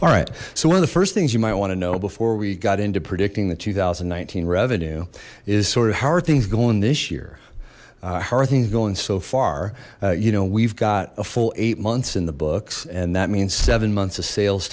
all right so one of the first things you might want to know before we got into predicting the two thousand and nineteen revenue is sort of how are things going this year how are things going so far you know we've got a full eight months in the books and that means seven months of sales